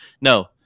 no